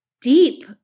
deep